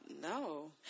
no